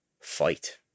fight